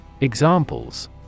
Examples